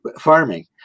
farming